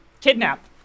kidnap